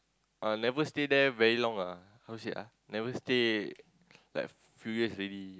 uh never stay there very long ah how say ah never stay like few years ready